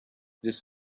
this